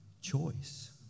choice